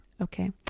Okay